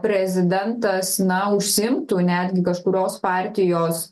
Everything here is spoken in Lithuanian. prezidentas na užsiimtų netgi kažkurios partijos